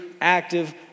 active